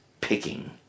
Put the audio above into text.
picking